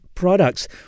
products